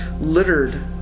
Littered